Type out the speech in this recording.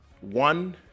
one